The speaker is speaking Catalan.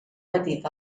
patit